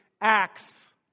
Acts